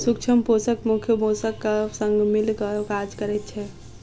सूक्ष्म पोषक मुख्य पोषकक संग मिल क काज करैत छै